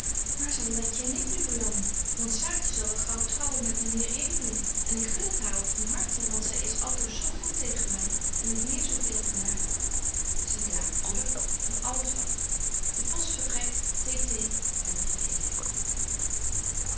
waar zal letje en ik nu belanden want saartje zal wel gaauw trouwen met myn heer edeling en ik gun het haar ook van harten want zy is altoos zo goed tegen my en ik leer zo veel van haar zie daar broeder van alles wat de post vertrekt